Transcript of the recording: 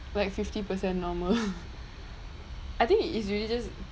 like fifty percent normal I think it is really just